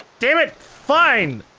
damn it, fine!